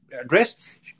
address